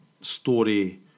story